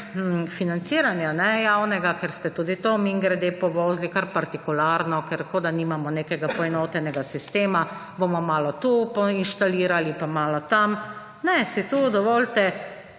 financiranja javnega, ker ste tudi to mimogrede povozili, kar pratikularno, ker kot da nimamo nekega poenotenega sistema, bomo malo tu poinštalirali, pa malo tam. Ne, si tu dovolite